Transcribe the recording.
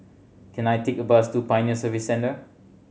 can I take a bus to Pioneer Service Centre